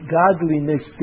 godliness